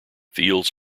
fields